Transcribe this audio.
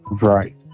right